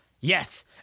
Yes